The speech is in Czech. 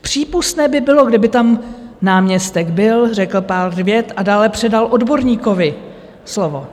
Přípustné by bylo, kdyby tam náměstek byl, řekl pár vět a dále předal odborníkovi slovo.